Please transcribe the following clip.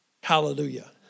Hallelujah